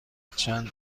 چند